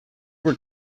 were